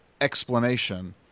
explanation